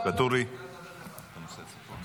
אבל אתה יכול לעלות.